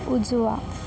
उजवा